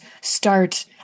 start